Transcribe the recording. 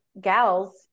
gals